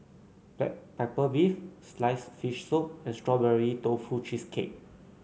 Black Pepper Beef sliced fish soup and Strawberry Tofu Cheesecake